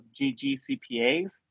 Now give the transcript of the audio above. GGCPAs